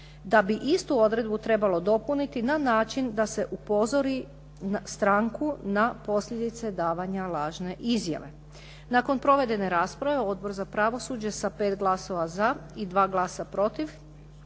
da bi istu odredbu trebalo dopuniti na način da se upozori stranku na posljedicu davanja lažne izjave. Nakon proveden rasprave Odbor za pravosuđe sa 5 glasa za i 2 glasa protiv,